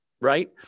right